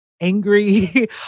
angry